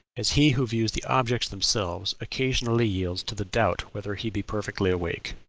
as he who views the objects themselves occasionally yields to the doubt whether he be perfectly awake.